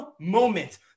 moment